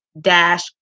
dash